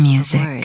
Music